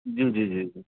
جی جی جی جی